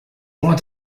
moins